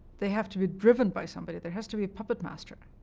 they have to be driven by somebody. there has to be a puppet master.